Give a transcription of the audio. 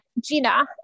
Gina